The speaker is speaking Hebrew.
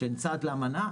שהן צד לאמנה,